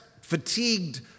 fatigued